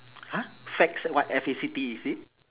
!huh! facts what F A C T is it